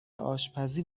آشپزی